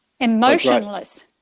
Emotionless